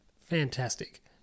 fantastic